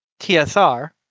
TSR